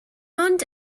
ond